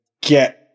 get